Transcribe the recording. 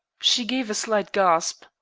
she gave a slight gasp.